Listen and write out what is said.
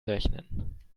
rechnen